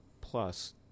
Plus